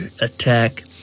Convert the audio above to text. attack